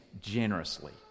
generously